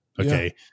Okay